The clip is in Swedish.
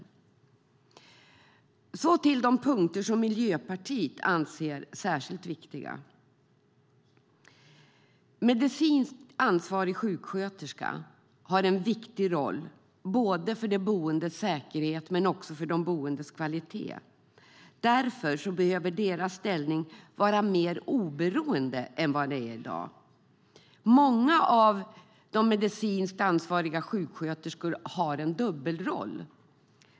Jag ska därefter gå över till de punkter som Miljöpartiet anser är särskilt viktiga. De medicinskt ansvariga sjuksköterskorna har en viktig roll för både de boendes säkerhet och de boendes kvalitet. Därför behöver deras ställning vara mer oberoende än vad den är i dag. Många av de medicinskt ansvariga sjuksköterskorna har en dubbelroll.